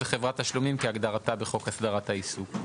זה חברת תשלומים כהגדרתה בחוק הסדרת העיסוק.